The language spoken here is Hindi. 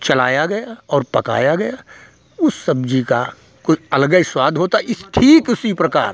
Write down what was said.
चलाया गया और पकाया गया उस सब्ज़ी का कोई अलग ही स्वाद होता इस ठीक उसी प्रकार